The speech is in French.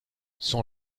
son